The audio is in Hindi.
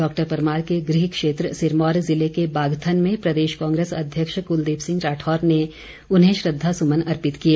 डॉक्टर परमार के गृह क्षेत्र सिरमौर ज़िले के बागथन में प्रदेश कांग्रेस अध्यक्ष कुलदीप सिंह राठौर ने उन्हें श्रद्वासुमन अर्पित किए